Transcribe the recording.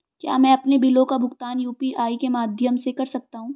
क्या मैं अपने बिलों का भुगतान यू.पी.आई के माध्यम से कर सकता हूँ?